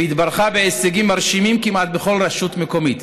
והתברכה בהישגים מרשימים כמעט בכל רשות מקומית,